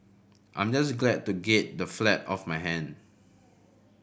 I'm just glad to get the flat off my hand